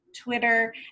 Twitter